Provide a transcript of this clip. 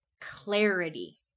clarity